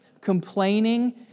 complaining